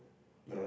yup